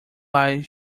light